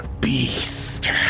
Beast